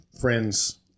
friends